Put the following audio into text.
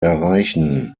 erreichen